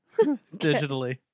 Digitally